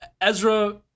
Ezra